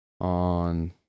on